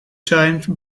time